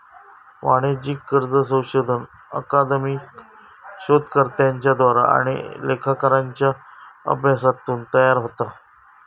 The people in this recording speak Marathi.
वाणिज्यिक कर्ज संशोधन अकादमिक शोधकर्त्यांच्या द्वारा आणि लेखाकारांच्या अभ्यासातून तयार होता